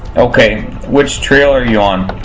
okay which trail are you on?